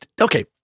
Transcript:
Okay